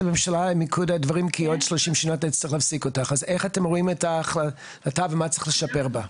איך אתם רואים את ההצללה, ומה צריך לשפר בה?